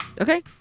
Okay